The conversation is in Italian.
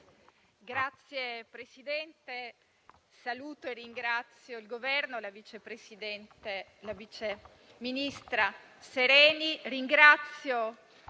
Signor Presidente, saluto e ringrazio il Governo e la viceministro Sereni